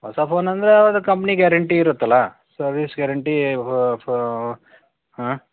ಹೊಸ ಫೋನಂದ್ರೆ ಅವರದು ಕಂಪ್ನಿ ಗ್ಯಾರಂಟೀ ಇರುತ್ತಲ್ಲ ಸರ್ವೀಸ್ ಗ್ಯಾರಂಟಿ ಹಾಂ